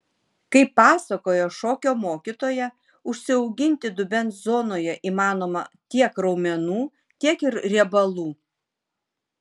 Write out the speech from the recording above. kaip pasakoja šokio mokytoja užsiauginti dubens zonoje įmanoma tiek raumenų tiek ir riebalų